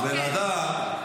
דקה.